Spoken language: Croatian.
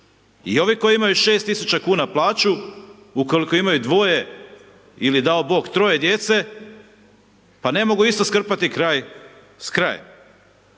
I ovi koji imaju 6.000,00 kn plaću ukoliko imaju dvoje ili dao Bog troje djece, pa ne mogu isto skrpati kraj s krajem.